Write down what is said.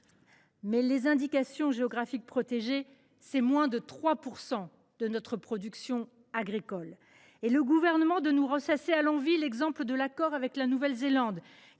Or les indications géographiques protégées représentent moins de 3 % de notre production agricole. Et le Gouvernement de ressasser à l’envi l’exemple de l’accord avec la Nouvelle Zélande,